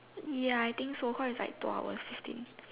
ya I think so cause it's like two hour fifteen